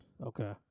Okay